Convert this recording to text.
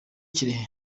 kirehe